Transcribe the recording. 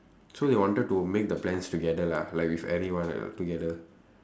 so they wanted to make the plans together lah like with everyone together